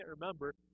remember